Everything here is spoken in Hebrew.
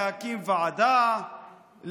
להקים ועדה,